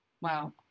Wow